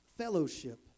Fellowship